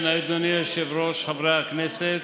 אדוני היושב-ראש, חברי הכנסת,